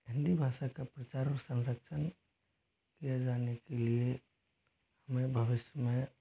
हिंदी भाषा का प्रचार और संरक्षण किए जाने के लिए मैं भविष्य में